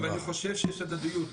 אני חושב שיש הדדיות,